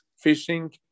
fishing